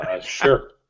Sure